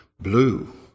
Blue